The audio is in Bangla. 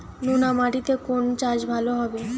নোনা মাটিতে কোন চাষ ভালো হবে?